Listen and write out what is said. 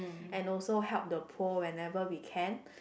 and also help the poor whenever we can